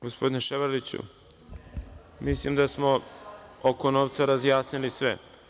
Gospodine Ševarliću, mislim da smo oko novca razjasnili sve.